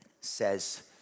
says